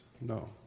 No